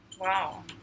Wow